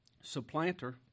supplanter